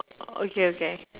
okay okay